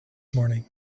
morning